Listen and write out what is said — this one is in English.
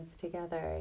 together